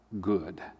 good